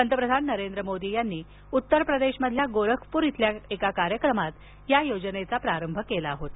पंतप्रधान नरेंद्र मोदी यांनी उत्तर प्रदेशमधील गोरखपूर इथं एका कार्यक्रमात या योजनेचा प्रारंभ केला होता